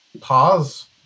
pause